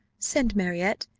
send marriott.